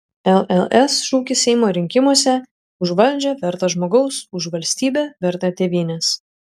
lls šūkis seimo rinkimuose už valdžią vertą žmogaus už valstybę vertą tėvynės